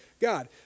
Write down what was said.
God